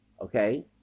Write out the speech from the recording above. Okay